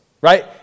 right